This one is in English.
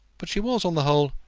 but she was, on the whole,